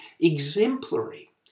exemplary